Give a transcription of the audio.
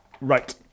Right